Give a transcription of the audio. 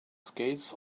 skates